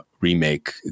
remake